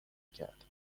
کرد